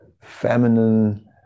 feminine